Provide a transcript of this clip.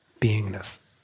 beingness